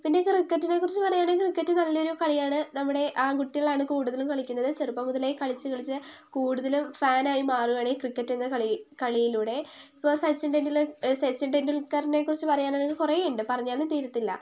പിന്നെ ക്രിക്കറ്റിനെക്കുറിച്ച് പറയാണെങ്കിൽ ക്രിക്കറ്റ് നല്ലൊരു കളിയാണ് നമ്മുടെ ആൺകുട്ടികളാണ് കൂടുതലും കളിക്കുന്നത് ചെറുപ്പം മുതലേ കളിച്ച് കളിച്ച് കൂടുതലും ഫാൻ ആയി മാറുകയാണ് ഈ ക്രിക്കറ്റ് എന്ന കളി കളിയിലൂടെ ഇപ്പോൾ സച്ചിൻ സച്ചിൻ ടെൻഡുൽക്കറിനെക്കുറിച്ച് പറയാനാണെങ്കിൽ കുറേയുണ്ട് പറഞ്ഞാലും തീരത്തില്ല